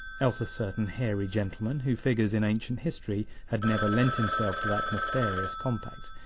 else a certain hairy gentleman who figures in ancient history had never lent himself to that nefarious compact,